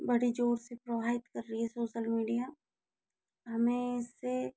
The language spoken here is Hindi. बड़ी ज़ोर से प्रभावित कर रही है सोसल मीडिया हमें इस से